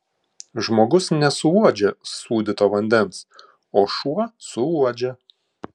žmogus nesuuodžia sūdyto vandens o šuo suuodžia